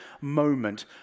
moment